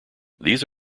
these